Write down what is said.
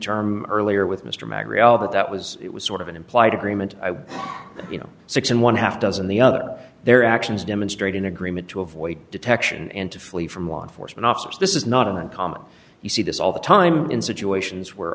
term earlier with mr magri all that that was it was sort of an implied agreement you know six and one half dozen the other their actions demonstrate an agreement to avoid detection and to flee from law enforcement officers this is not uncommon you see this all the time in situations where